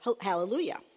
hallelujah